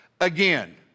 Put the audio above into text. again